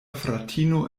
fratino